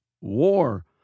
war